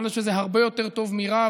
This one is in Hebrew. זה הרבה יותר טוב מרע,